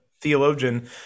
theologian